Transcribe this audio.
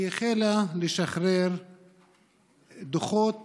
היא החלה לשחרר דוחות